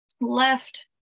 left